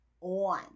on